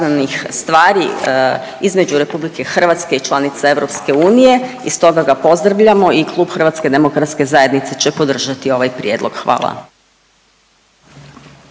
Hvala.